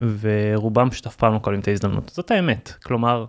ורובם פשוט אף פעם לא מקבלים את הזדמנות זאת האמת כלומר.